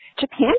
Japan